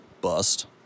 bust